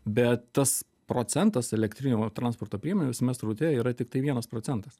bet tas procentas elektrinių transporto priemonių visame sraute yra tiktai vienas procentas